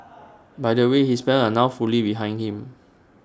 by the way his parents are now fully behind him